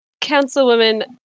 Councilwoman